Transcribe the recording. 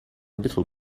little